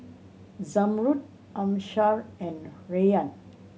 Zamrud Amsyar and Rayyan